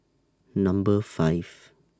Number five